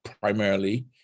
primarily